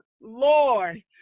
Lord